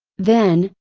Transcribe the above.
then,